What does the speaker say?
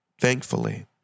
thankfully